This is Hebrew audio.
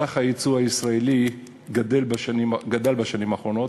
סך היצוא הישראלי גדל בשנים האחרונות,